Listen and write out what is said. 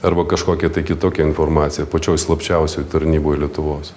arba kažkokia tai kitokia informacija pačioj slapčiausioj tarnyboj lietuvos